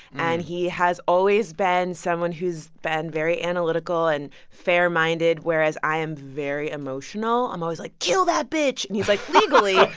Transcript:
and he has always been someone who's been very analytical and fair-minded, whereas i am very emotional i'm always like, kill that bitch. and he's like, legally,